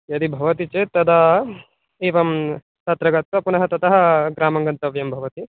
यदि भवति चेत् तदा एवं तत्र गत्वा पुनः ततः ग्रामं गन्तव्यं भवति